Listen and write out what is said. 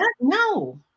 No